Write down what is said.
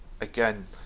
again